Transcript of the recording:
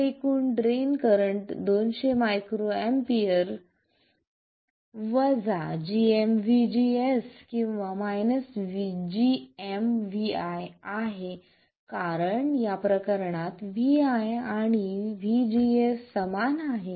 तर एकूण drain current 200 µA gm vGS किंवा gm vi आहे कारण या प्रकरणात vi आणि vGS समान आहेत